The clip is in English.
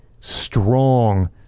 strong